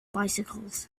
bicycles